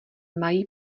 mají